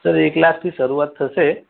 sir એક લાખથી શરૂઆત થશે